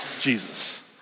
Jesus